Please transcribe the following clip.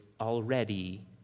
already